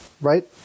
right